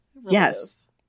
yes